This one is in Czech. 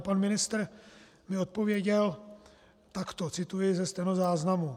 Pan ministr mi odpověděl takto cituji ze stenozáznamu: